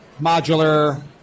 modular